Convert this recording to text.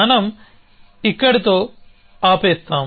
మనం ఇక్కడితో ఆపేస్తాం